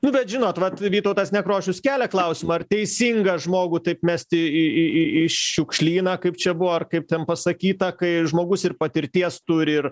nu bet žinot vat vytautas nekrošius kelia klausimą ar teisinga žmogų taip mesti į šiukšlyną kaip čia buvo ar kaip ten pasakyta kai žmogus ir patirties turi ir